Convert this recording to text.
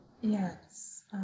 Yes